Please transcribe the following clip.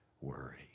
worry